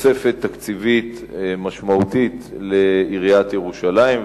תוספת תקציבית משמעותית לעיריית ירושלים,